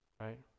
right